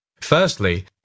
firstly